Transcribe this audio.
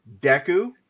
Deku